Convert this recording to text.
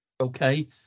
Okay